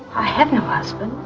i have no husband.